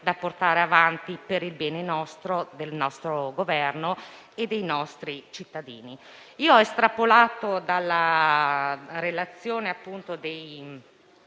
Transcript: da portare avanti per il bene nostro, del nostro Governo e dei nostri cittadini. Ho estrapolato dalla relazione sul